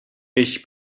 ich